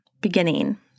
beginning